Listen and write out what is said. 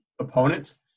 opponents